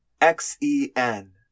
X-E-N